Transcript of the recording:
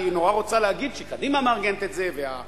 כי היא מאוד רוצה להגיד שקדימה מארגנת את זה וה"אנרכיסטים"